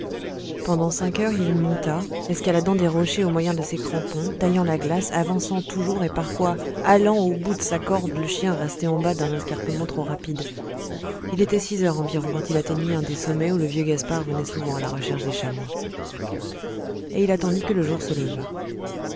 pendant cinq heures il monta escaladant des rochers au moyen de ses crampons taillant la glace avançant toujours et parfois hâlant au bout de sa corde le chien resté au bas d'un escarpement trop rapide il était six heures environ quand il atteignit un des sommets où le vieux gaspard venait souvent à la recherche des chamois et il attendit que le jour se levât